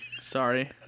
Sorry